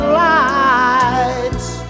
lights